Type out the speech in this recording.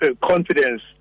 confidence